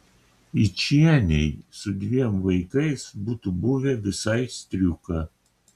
yčienei su dviem vaikais būtų buvę visai striuka